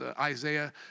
Isaiah